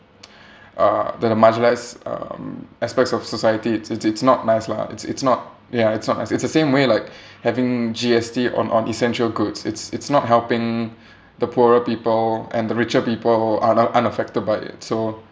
uh than the marginalised um aspects of society it's it's it's not nice lah it's it's not ya it's not as it's the same way like having G_S_T on on essential goods it's it's not helping the poorer people and the richer people are are unaffected by it so